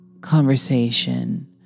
conversation